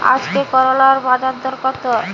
আজকে করলার বাজারদর কত?